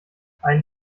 ein